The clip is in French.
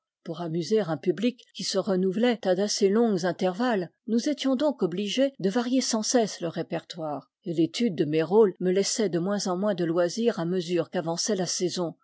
pour amuser un public qui se renouvelait à d'assez longs intervalles nous étions donc obligés de varier sans cesse le répertoire et l'étude de mes rôles me laissait de moins en moins de loisir à mesure qu'avançait la saison